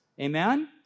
amen